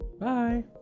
Bye